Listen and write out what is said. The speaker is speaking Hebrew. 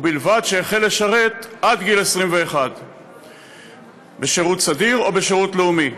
ובלבד שהחל לשרת עד גיל 21 בשירות סדיר או בשירות לאומי.